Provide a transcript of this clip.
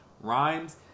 rhymes